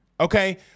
okay